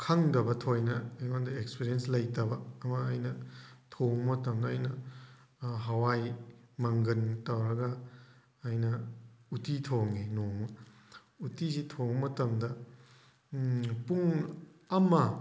ꯈꯪꯗꯕ ꯊꯣꯏꯅ ꯑꯩꯉꯣꯟꯗ ꯑꯦꯛꯁꯄꯤꯔꯦꯟꯁ ꯂꯩꯇꯕ ꯑꯃ ꯑꯩꯅ ꯊꯣꯡꯕ ꯃꯇꯝꯗ ꯑꯩꯅ ꯍꯋꯥꯏ ꯃꯪꯒꯟ ꯇꯧꯔꯒ ꯑꯩꯅ ꯎꯠꯇꯤ ꯊꯣꯡꯉꯦ ꯅꯣꯡꯃ ꯎꯠꯇꯤꯁꯤ ꯊꯣꯡꯕ ꯃꯇꯝꯗ ꯄꯨꯡ ꯑꯃ